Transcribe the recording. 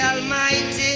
Almighty